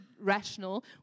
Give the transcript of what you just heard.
rational